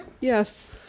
Yes